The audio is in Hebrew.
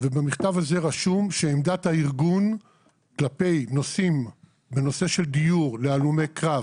ובמכתב הזה רשום שעמדת הארגון בנושא דיור להלומי קרב